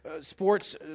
sports